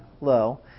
low